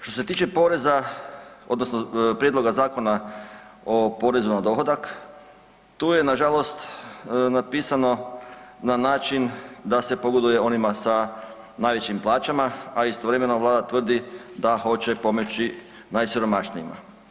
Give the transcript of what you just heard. Što se tiče poreza, odnosno prijedloga Zakona o poreznu na dohodak, tu je nažalost napisano na način da se pogoduje onima sa najvećim plaćama, s istovremeno Vlada tvrdi da hoće pomoći najsiromašnijima.